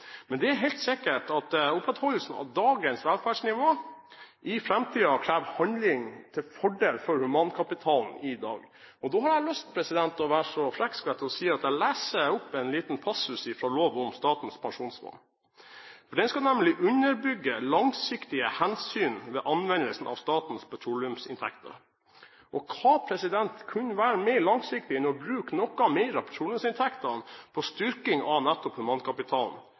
Men det er helt sikkert at opprettholdelsen av dagens velferdsnivå i framtiden krever handling til fordel for humankapitalen i dag. Da har jeg lyst til å være så frekk – hadde jeg nær sagt – at jeg leser opp en liten passus fra loven om Statens pensjonsfond, som nemlig skal «underbygge langsiktige hensyn ved anvendelse av statens petroleumsinntekter». Hva kunne være mer langsiktig enn å bruke noe mer av petroleumsinntektene på styrking av nettopp humankapitalen